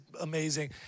amazing